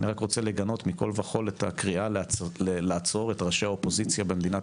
אני רק רוצה לגנות מכל וכל את הקריאה לעצור את ראשי האופוזיציה במדינת